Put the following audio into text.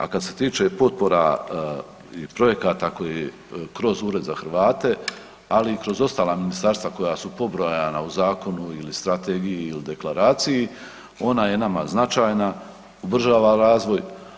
A kad se tiče potpora i projekta kroz Ured za Hrvate, ali i kroz ostala ministarstva koja su pobrojana u zakonu ili strategiji ili deklaraciji, ona je nama značajna, ubrzava razvoj.